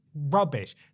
rubbish